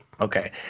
Okay